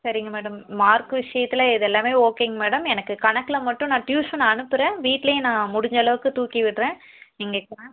சரிங்க madam mark விஷயத்துல இது எல்லாமே ஓகேங்க மேடம் எனக்கு கணக்கில் மட்டும் நான் டியூஷன் அனுப்புகிறேன் வீட்டிலையும் நான் முடிஞ்சளவுக்கு தூக்கி விடறேன் நீங்கள்